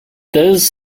those